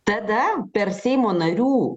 tada per seimo narių